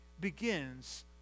begins